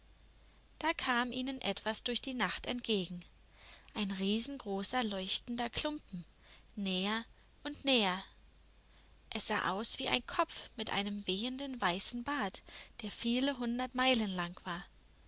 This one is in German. da kam ihnen etwas durch die nacht entgegen ein riesengroßer leuchtender klumpen näher und näher es sah aus wie ein kopf mit einem wehenden weißen bart der viele hundert meilen lang war